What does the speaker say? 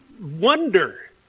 wonder